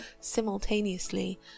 simultaneously